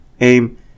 aim